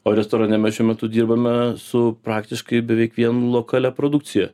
o restorane mes šiuo metu dirbame su praktiškai beveik vien lokalia produkcija